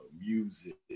music